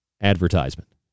advertisement